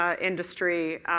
industry